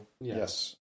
Yes